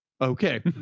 okay